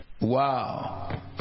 Wow